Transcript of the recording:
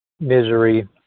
Misery